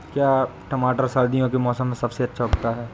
क्या टमाटर सर्दियों के मौसम में सबसे अच्छा उगता है?